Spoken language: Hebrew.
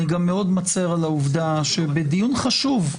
אני גם מאוד מצר על העובדה שבדיון חשוב,